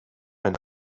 and